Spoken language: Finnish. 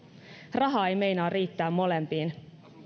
raha ei meinaa riittää molempiin